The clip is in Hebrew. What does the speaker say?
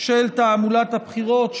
של תעמולת הבחירות,